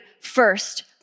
first